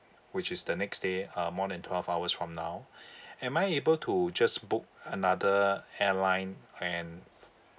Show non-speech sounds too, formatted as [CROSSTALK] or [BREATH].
which is the next day uh more than twelve hours from now [BREATH] am I able to just book another airline and